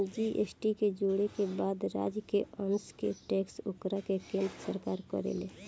GST के जोड़े के बाद राज्य के अंस के टैक्स ओकरा के केन्द्र सरकार करेले